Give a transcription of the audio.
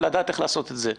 ולדעת איך לעשות את זה,